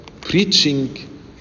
preaching